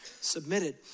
submitted